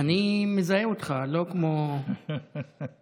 אני מזהה אותך, לא כמו מישהו.